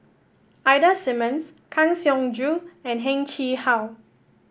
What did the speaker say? Ida Simmons Kang Siong Joo and Heng Chee How